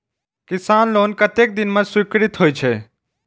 किसान लोन कतेक दिन में स्वीकृत होई छै?